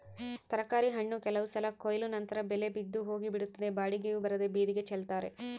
ತರಕಾರಿ ಹಣ್ಣು ಕೆಲವು ಸಲ ಕೊಯ್ಲು ನಂತರ ಬೆಲೆ ಬಿದ್ದು ಹೋಗಿಬಿಡುತ್ತದೆ ಬಾಡಿಗೆಯೂ ಬರದೇ ಬೀದಿಗೆ ಚೆಲ್ತಾರೆ